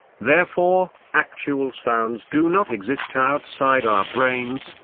therefore, actual sounds do not exist outside our brains,